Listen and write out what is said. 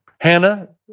Hannah